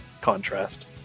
contrast